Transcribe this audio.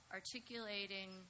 articulating